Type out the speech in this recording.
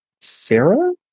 Sarah